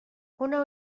una